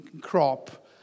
crop